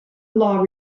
law